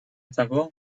того